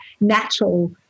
natural